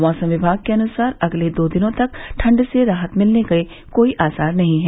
मौसम विभाग के अनुसार अगले दो दिनों तक ठंड से राहत मिलने के आसार नहीं हैं